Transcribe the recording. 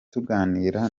tuganira